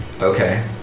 Okay